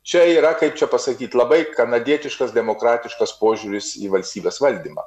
čia yra kaip čia pasakyt labai kanadietiškas demokratiškas požiūris į valstybės valdymą